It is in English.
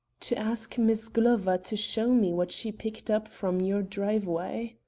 to ask miss glover to show me what she picked up from your driveway.